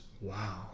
Wow